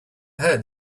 heard